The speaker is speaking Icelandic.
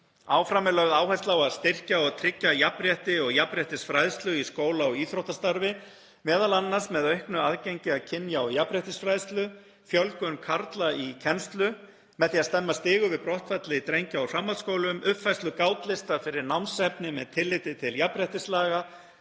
Áfram er lögð áhersla á að styrkja og tryggja jafnrétti og jafnréttisfræðslu í skóla og íþróttastarfi, m.a. með auknu aðgengi að kynja- og jafnréttisfræðslu, fjölgun karla í kennslu, með því að stemma stigu við brottfalli drengja úr framhaldsskólum, uppfærslu gátlista fyrir námsefni með tilliti til jafnréttislaga,